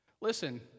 Listen